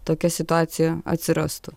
tokia situacija atsirastų